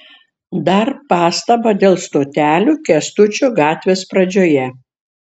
dar pastaba dėl stotelių kęstučio gatvės pradžioje